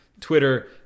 Twitter